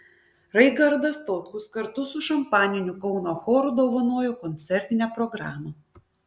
raigardas tautkus kartu su šampaniniu kauno choru dovanojo koncertinę programą